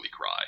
cry